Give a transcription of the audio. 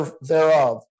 thereof